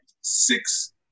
six